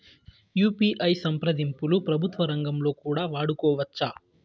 UPI సంప్రదింపులు ప్రభుత్వ రంగంలో కూడా వాడుకోవచ్చా?